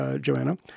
Joanna